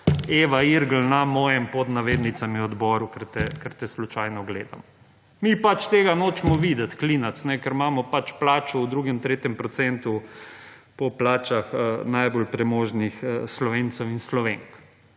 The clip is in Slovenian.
Eva Irgl na mojem pod navednicami odboru, ker te slučajno gledam. Mi pač tega nočemo videti. Klinac, ker imamo pač plačo v drugem, tretjem procentu po plačah najbolj premožnih Slovencev in Slovenk.